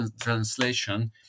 translation